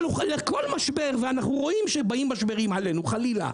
אבל לכל משבר ואנו רואים שבאים משברים עלינו חלילה,